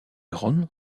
ron